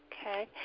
Okay